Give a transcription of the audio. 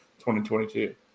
2022